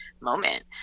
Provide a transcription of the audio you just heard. moment